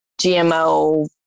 GMO